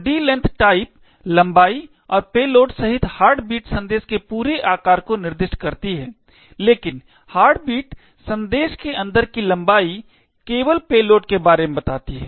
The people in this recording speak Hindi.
तो d length टाइप लंबाई और पेलोड सहित हार्टबीट संदेश के पूरे आकार को निर्दिष्ट करती है लेकिन हार्टबीट संदेश के अंदर की लंबाई केवल पेलोड के बारे में बताती है